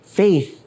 faith